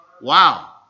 Wow